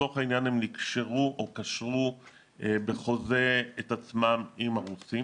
הם קשרו את עצמם בחוזה עם הרוסים